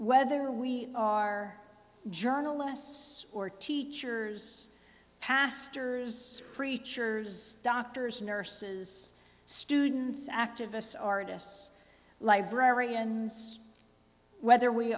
whether we are journalists or teachers pastors preachers doctors nurses students activists artists librarians whether we